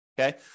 okay